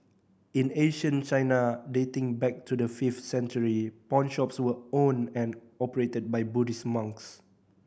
in ancient China dating back to the fifth century pawnshops were owned and operated by Buddhist monks